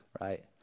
Right